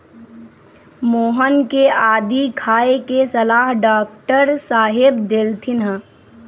मोहन के आदी खाए के सलाह डॉक्टर साहेब देलथिन ह